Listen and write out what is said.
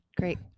great